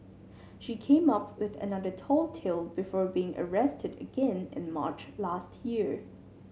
she came up with another tall tale before being arrested again in March last year